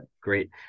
great